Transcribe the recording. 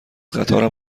قطارم